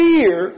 Fear